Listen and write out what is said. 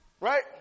right